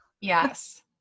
yes